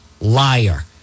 liar